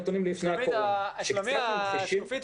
הנתונים שאנחנו רואים לפני משבר הקורונה הם שהדור הצעיר